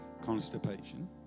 constipation